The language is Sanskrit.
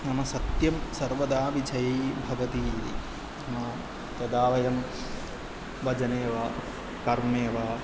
नाम सत्यं सर्वदा विजयी भवति इति तदा वयं वचने वा कर्मे वा